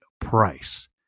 price